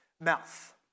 mouth